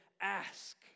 ask